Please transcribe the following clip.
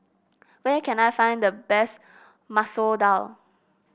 where can I find the best Masoor Dal